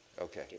Okay